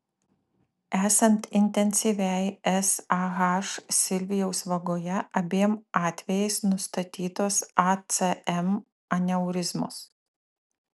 esant intensyviai sah silvijaus vagoje abiem atvejais nustatytos acm aneurizmos